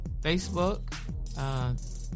Facebook